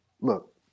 look